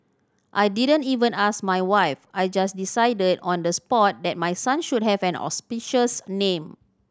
I didn't even ask my wife I just decided on the spot that my son should have an auspicious name